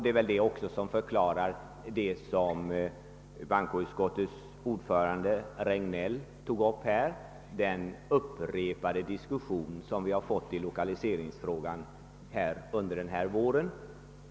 Detta förklarar väl det förhållande som bankoutskottets ordförande herr Regnéll tog upp: de upprepade diskussioner som vi har fått i lokaliseringsfrågan i vår.